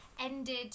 ended